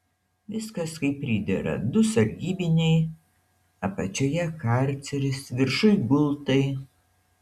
viskas kaip pridera du sargybiniai apačioje karceris viršuj gultai